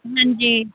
ਹਾਂਜੀ